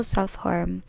Self-Harm